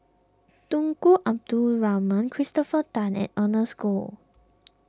Tunku Abdul Rahman Christopher Tan and Ernest Goh